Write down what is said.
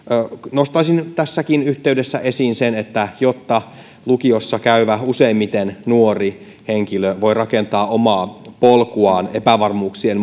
nostaisin tässäkin yhteydessä esiin sen että jotta lukiossa käyvä useimmiten nuori henkilö voi rakentaa omaa polkuaan epävarmuuksien